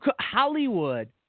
Hollywood